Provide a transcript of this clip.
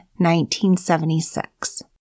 1976